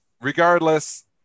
regardless